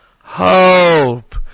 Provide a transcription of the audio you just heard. hope